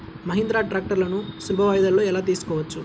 మహీంద్రా ట్రాక్టర్లను సులభ వాయిదాలలో ఎలా తీసుకోవచ్చు?